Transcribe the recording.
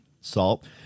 salt